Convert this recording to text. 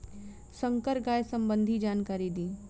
संकर गाय सबंधी जानकारी दी?